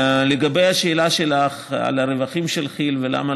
לגבי השאלה שלך על הרווחים של כי"ל ולמה